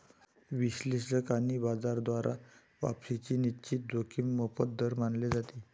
विश्लेषक आणि बाजार द्वारा वापसीची निश्चित जोखीम मोफत दर मानले जाते